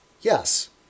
Yes